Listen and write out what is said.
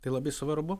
tai labai svarbu